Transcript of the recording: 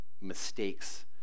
mistakes